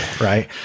right